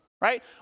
Right